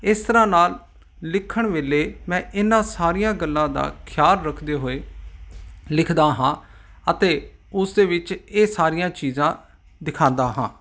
ਇਸ ਤਰ੍ਹਾਂ ਨਾਲ ਲਿਖਣ ਵੇਲੇ ਮੈਂ ਇਹਨਾਂ ਸਾਰੀਆਂ ਗੱਲਾਂ ਦਾ ਖਿਆਲ ਰੱਖਦੇ ਹੋਏ ਲਿਖਦਾ ਹਾਂ ਅਤੇ ਉਸ ਦੇ ਵਿੱਚ ਇਹ ਸਾਰੀਆਂ ਚੀਜ਼ਾਂ ਦਿਖਾਉਂਦਾ ਹਾਂ